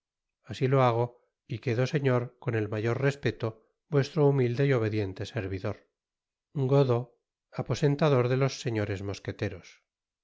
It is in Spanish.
asi lo hago y quedo señor con el mayor respeto vuestro humilde y obediente servidor gaudeau aposentador de los señares mosqueteros